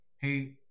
hey